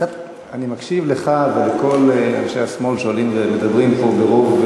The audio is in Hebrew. קצת אני מקשיב לך ולכל אנשי השמאל שעולים ומדברים פה ברוב,